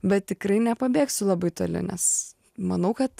bet tikrai nepabėgsiu labai toli nes manau kad